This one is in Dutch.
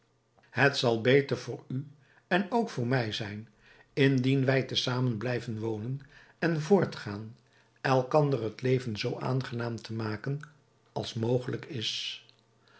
het zal beter voor u en ook voor mij zijn indien wij te zamen blijven wonen en voortgaan elkander het leven zoo aangenaam te maken als mogelijk is